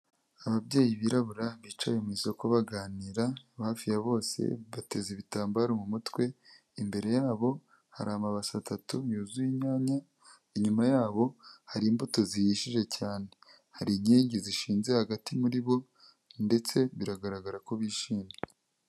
Ababyeyi birabura bicaye mu isoko baganira hafi ya bose bateze ibitambaro mu mutwe, imbere y'abo hari amabasi atatu yuzuye inyanya, inyuma y'abo hari imbuto zihishije cyane, hari inkingi zishinze hagati muri bo ndetse biragaragara ko bishimye.